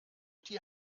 die